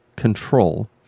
control